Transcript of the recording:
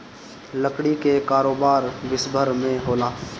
लकड़ी कअ कारोबार विश्वभर में होला